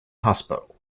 hospital